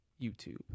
YouTube